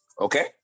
okay